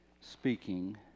speaking